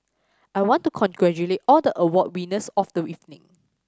I want to congratulate all the award winners of the evening